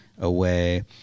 away